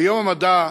ביום המדע,